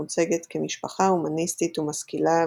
המוצגת כמשפחה הומניסטית ומשכילה,